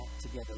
together